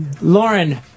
Lauren